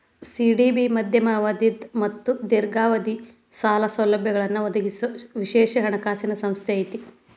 CDB ಮಧ್ಯಮ ಅವಧಿದ್ ಮತ್ತ ದೇರ್ಘಾವಧಿದ್ ಸಾಲ ಸೌಲಭ್ಯಗಳನ್ನ ಒದಗಿಸೊ ವಿಶೇಷ ಹಣಕಾಸಿನ್ ಸಂಸ್ಥೆ ಐತಿ